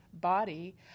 body